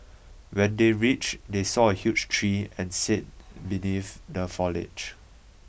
when they reach they saw a huge tree and sat beneath the foliage